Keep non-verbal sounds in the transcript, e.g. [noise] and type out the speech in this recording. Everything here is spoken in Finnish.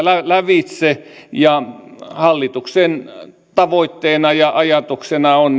lävitse hallituksen tavoitteena ja ajatuksena on [unintelligible]